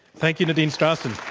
thank you, nadine strossen